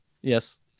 Yes